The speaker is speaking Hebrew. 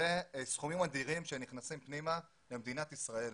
אלה סכומים אדירים שנכנסים פנימה למדינת ישראל.